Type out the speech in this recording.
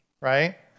right